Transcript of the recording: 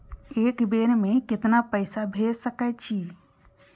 एक बेर में केतना पैसा भेज सके छी?